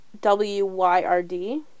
W-Y-R-D